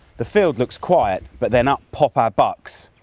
the field looks quiet, but then up pop our bucks,